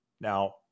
now